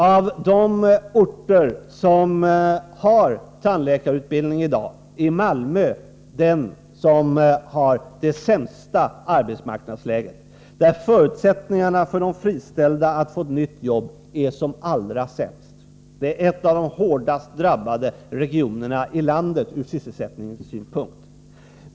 Av de orter som i dag har tandläkarutbildning har Malmö det sämsta arbetsmarknadsläget. Där är förutsättningarna för de friställda att få ett nytt jobb som allra sämst. Malmö är en av de hårdast drabbade regionerna i landet ur sysselsättningssynpunkt.